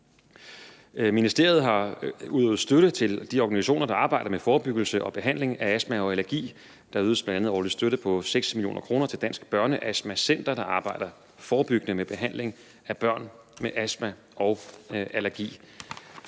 Ministeriet har ydet støtte til de organisationer, der arbejder med forebyggelse og behandling af astma og allergi. Der ydes bl.a. årlig støtte på 6 mio. kr. til Dansk BørneAstma Center, der arbejder forebyggende med behandling af børn med astma og allergi.